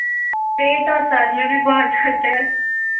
पेट और सर में भी बहुत दर्द है